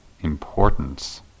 importance